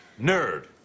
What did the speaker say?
Nerd